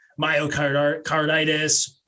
myocarditis